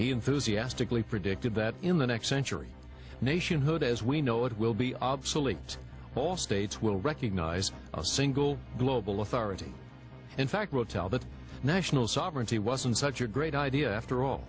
enthusiastically predicted that in the next century nationhood as we know it will be obsolete all states will recognize a single global authority in fact will tell the national sovereignty wasn't such a great idea after all